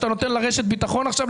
שאתה נותן לה רשת ביטחון עכשיו,